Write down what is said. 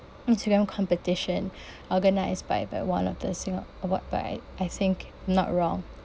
their own competition organised by by one of the singa~ award by I think not wrong